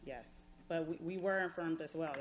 yes but we were friends as well